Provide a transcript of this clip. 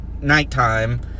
nighttime